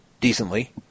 decently